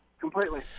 completely